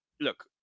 look